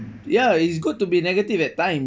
ya it's good to be negative at time